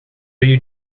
you